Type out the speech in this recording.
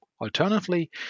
Alternatively